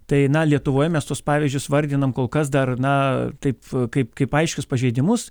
tai na lietuvoj mes tuos pavyzdžius vardinam kol kas dar na taip kaip kaip aiškius pažeidimus